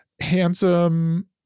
handsome